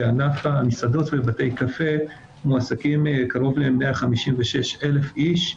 בענף המסעדות ובתי הקפה מועסקים קרוב ל-156,000 איש,